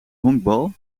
honkbal